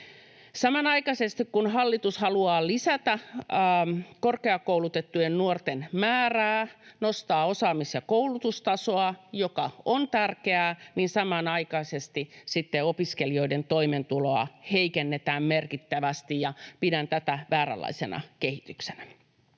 Samanaikaisesti kun hallitus haluaa lisätä korkeakoulutettujen nuorten määrää, nostaa osaamis- ja koulutustasoa, mikä on tärkeää, niin samanaikaisesti sitten opiskelijoiden toimeentuloa heikennetään merkittävästi. Pidän tätä vääränlaisena kehityksenä.